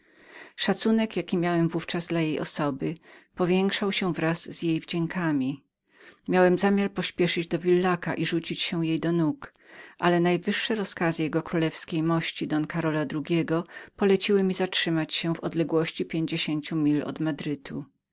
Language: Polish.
szacunek jaki miałem w ówczas dla jej osoby powiększał się wraz z jej wdziękami miałem zamiar pośpieszenia do villaca i rzucenia się do jej nóg ale najwyższe rozkazy jkmości poleciły mi zatrzymać się o pięćdziesiąt mil odległości od madrytu